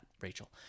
Rachel